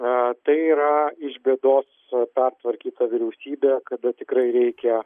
a tai yra iš bėdos pertvarkyta vyriausybė kada tikrai reikia